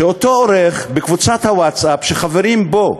שאותו עורך בקבוצת הווטסאפ, שחברים בו,